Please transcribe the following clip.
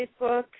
Facebook